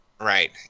Right